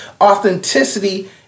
authenticity